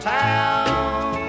town